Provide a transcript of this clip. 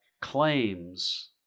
claims